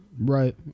Right